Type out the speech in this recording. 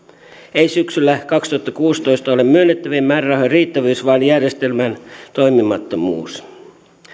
ei syksyllä kaksituhattakuusitoista ole myönnettävien määrärahojen riittävyys vaan järjestelmän toimimattomuus